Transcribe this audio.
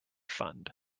fund